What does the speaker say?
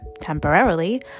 temporarily